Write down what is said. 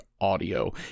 audio